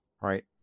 right